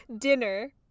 dinner